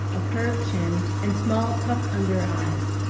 a curved chin and small, puffed-under eyes.